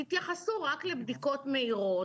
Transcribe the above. תתייחסו רק לבדיקות מהירות,